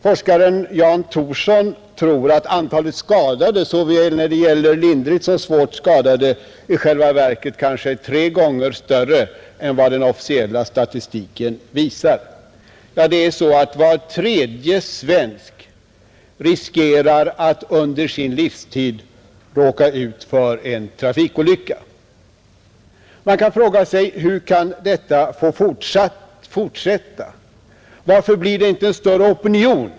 Forskaren Jan Thorson tror för övrigt att antalet såväl lindrigt som svårt trafikskadade i själva verket är tre gånger större än den officiella statistiken visar. Var tredje svensk riskerar att under sin livstid råka ut för en trafikolycka. Man kan fråga sig hur detta kan få fortsätta, Varför blir det inte en större opinion?